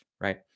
right